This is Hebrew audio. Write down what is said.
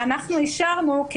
אנחנו אישרנו,